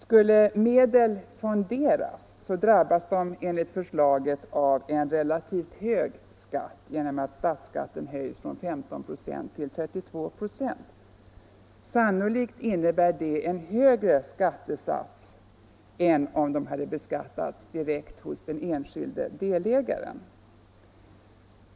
Skulle medel fonderas drabbas de enligt förslaget av en relativt hög skatt, genom att statsskatten höjs från 15 96 till 32 96. Sannolikt innebär det i allmänhet en högre skattesats än om de hade beskattats direkt hos den enskilde delägaren.